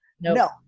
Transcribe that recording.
No